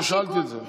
שאלתי את זה.